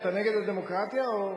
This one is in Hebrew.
אתה נגד הדמוקרטיה, או,?